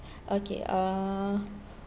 okay uh